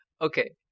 Okay